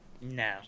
No